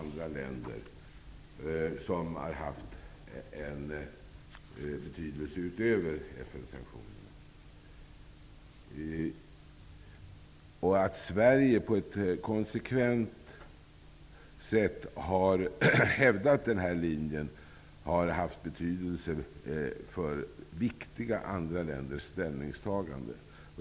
Det har också haft betydelse. Det faktum att Sverige på ett konsekvent sätt har hävdat denna linje har haft betydelse för andra viktiga länders ställningstagande.